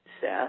Seth